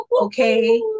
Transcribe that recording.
okay